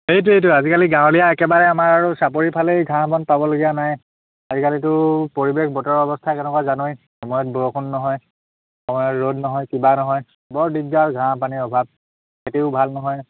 সেইটোৱেইতো আজিকালি গাঁৱলীয়া একেবাৰে আমাৰ আৰু চাপৰিফালেই ঘাঁহ বন পাবলগীয়া নাই আজিকালিতো পৰিৱেশ বতৰৰ অৱস্থা কেনেকুৱা জানই সময়ত বৰষুণ নহয় সময়ত ৰ'দ নহয় কিবা নহয় বৰ দিগদাৰ আৰু ঘাঁহ পানীৰ অভাৱ খেতিও ভাল নহয়